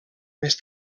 més